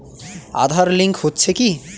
Aadhaar link হচ্ছে কি?